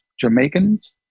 Jamaicans